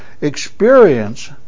Experience